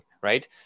right